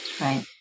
Right